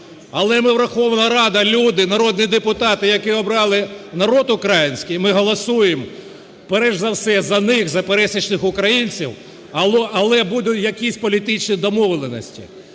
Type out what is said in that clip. Але ми – Верховна Рада – люди, народні депутати, яких обрав народ український, ми голосуємо перш за все за них, за пересічних українців, але будуть якісь політичні домовленості.